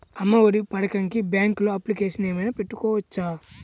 అమ్మ ఒడి పథకంకి బ్యాంకులో అప్లికేషన్ ఏమైనా పెట్టుకోవచ్చా?